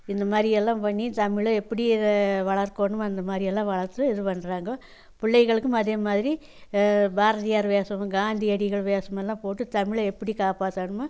இந்தமாதிரி எல்லாம் பண்ணி தமிழை எப்படி வளர்க்கணும் அந்தமாதிரி எல்லாம் வளர்த்து இது பண்ணுறாங்கோ பிள்ளைங்களுக்கும் அதேமாதிரி பாரதியார் வேஷம் காந்தி அடிகள் வேஷமெல்லாம் போட்டு தமிழை எப்படி காப்பாற்றணுமோ